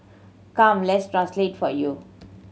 come let's translate it for you